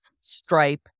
stripe